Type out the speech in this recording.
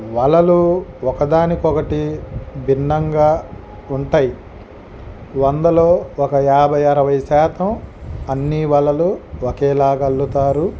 వలలు ఒకదానికొకటి భిన్నంగా ఉంటాయి వందలో ఒక యాభై అరవై శాతం అన్నీ వలలు ఒకేలాగా అల్లుతారు